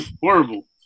Horrible